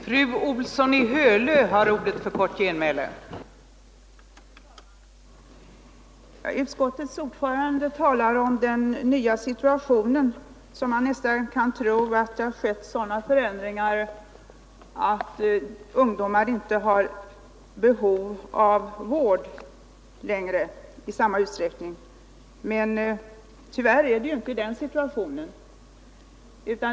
Fru talman! Utskottets ordförande talar om en ny situation så att man nästan skulle kunna tro att sådana förändringar skett att ungdomar inte har behov av vård i samma utsträckning som tidigare. Tyvärr är det inte så.